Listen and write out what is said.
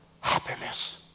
happiness